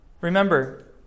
Remember